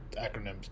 acronyms